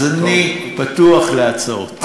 אז אני פתוח להצעות.